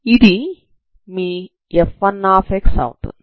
ఇది మీ f1x అవుతుంది